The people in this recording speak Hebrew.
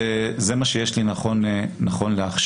וזה מה שיש לי נכון לעכשיו.